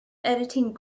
editing